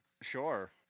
Sure